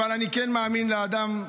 אבל אני כן מאמין לאדם,